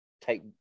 take